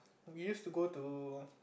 we used to go to